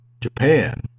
Japan